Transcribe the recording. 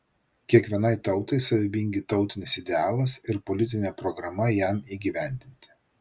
kiekvienai tautai savybingi tautinis idealas ir politinė programa jam įgyvendinti